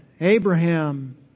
Abraham